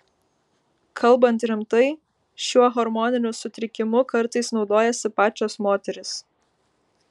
kalbant rimtai šiuo hormoniniu sutrikimu kartais naudojasi pačios moterys